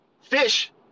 Fish